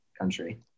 country